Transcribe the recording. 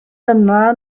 dyna